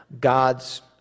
God's